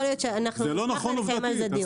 יכול להיות שאנחנו ניקח ונקיים על זה דיון.